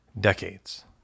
decades